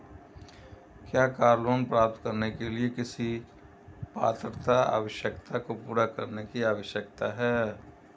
क्या car loan प्राप्त करने के लिए किसी पात्रता आवश्यकता को पूरा करने की आवश्यकता है?